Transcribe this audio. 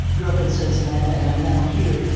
grew up in cincinnati, and i'm now here.